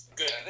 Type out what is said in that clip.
good